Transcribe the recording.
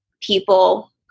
people